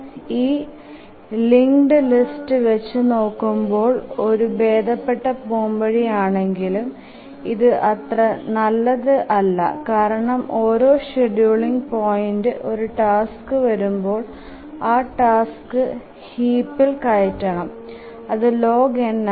ഇതു linked list വെച്ചു നോക്കുംപോൾ ഒരു ഭേദപെട്ട പോവഴി ആണെകിലും ഇതു അത്ര നല്ലത് അല്ല കാരണം ഓരോ ഷ്ഡ്യൂളിങ് പോയിന്റിലും ഒരു ടാസ്ക് വരുമ്പോൾ ആ ടാസ്ക് ഹീപിൽ കയറ്റണം അതു log n ആണ്